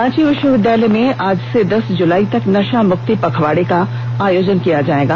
रांची विश्वविद्यालय में आज से दस जुलाई तक नशा मुक्ति पखवाड़ा का आयोजन किया जाएगा